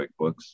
QuickBooks